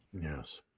Yes